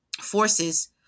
forces